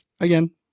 Again